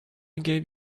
gave